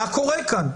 מה קורה כאן?